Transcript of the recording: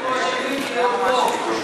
אנחנו אשמים שהיא עוד פה.